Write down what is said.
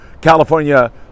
California